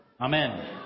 Amen